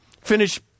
finish